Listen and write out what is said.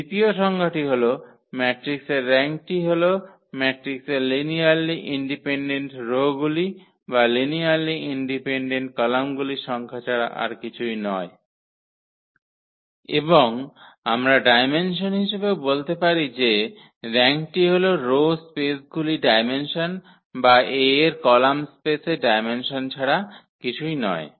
দ্বিতীয় সংজ্ঞাটি হল ম্যাট্রিক্সের র্যাঙ্কটি হল ম্যাট্রিক্সের লিনিয়ারলি ইন্ডিপেন্ডেন্ট রো গুলি বা লিনিয়ারলি ইন্ডিপেন্ডেন্ট কলামগুলির সংখ্যা ছাড়া আর কিছুই নয় এবং আমরা ডায়মেনসন হিসাবেও বলতে পারি যে র্যাঙ্কটি হল রো স্পেসগুলির ডায়মেনসন বা A এর কলাম স্পেসের ডায়মেনসন ছাড়া কিছুই নয়